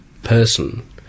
Person